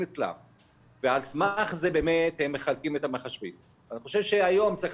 בעקבות זה שיש לנו שם חלק